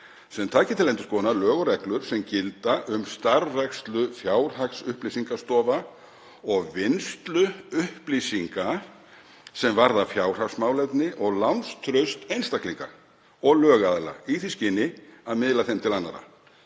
sem taki til endurskoðunar lög og reglur sem gilda um starfrækslu fjárhagsupplýsingastofa og vinnslu upplýsinga sem varða fjárhagsmálefni og lánstraust einstaklinga og lögaðila í því skyni að miðla þeim til annarra.